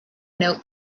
note